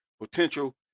potential